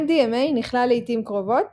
MDMA נכלל לעיתים קרובות